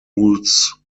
routes